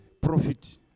profit